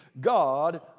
God